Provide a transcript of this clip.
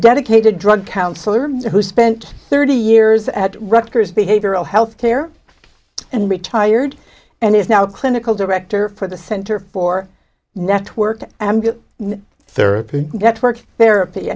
dedicated drug counselor who spent thirty years at rutgers behavioral health care and retired and is now clinical director for the center for network thirty gets work ther